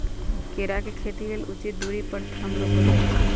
केरा के खेती लेल उचित दुरी पर थम रोपल जाइ छै